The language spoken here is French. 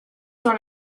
sur